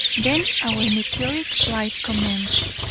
then our meteoric flight commenced,